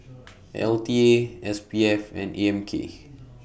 L T A S P F and A M K